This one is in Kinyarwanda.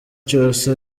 cyose